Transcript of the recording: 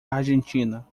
argentina